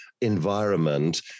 environment